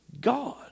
God